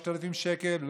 לא 5,000 שקלים,